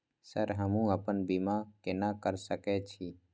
Sir हमू अपना बीमा केना कर सके छी?